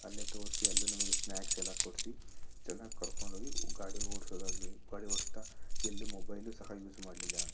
ಅಲ್ಲೇ ತೋರಿಸಿ ಅಲ್ಲೇ ನಮ್ಗೆ ಸ್ನಾಕ್ಸ್ ಎಲ್ಲ ಕೊಡಿಸಿ ಚೆನ್ನಾಗಿ ಕರ್ಕೊಂಡು ಹೋಗಿ ಗಾಡಿ ಓಡಿಸೋದಾಗ್ಲಿ ಗಾಡಿ ಓಡಿಸ್ತಾ ಎಲ್ಲೂ ಮೊಬೈಲು ಸಹ ಯೂಸ್ ಮಾಡಲಿಲ್ಲ